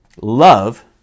love